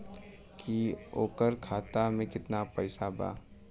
की ओकरा खाता मे कितना पैसा बा?